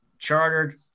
Chartered